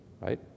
right